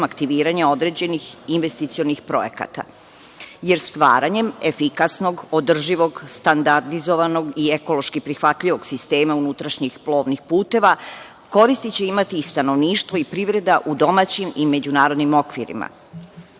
aktiviranja određenih investicionih projekata. Stvaranjem efikasnog, održivog, standardizovanog i ekološki prihvatljivog sistema unutrašnjih plovnih puteva, koristi će imati i stanovništvo i privreda u domaćim i međunarodnim okvirima. Vlada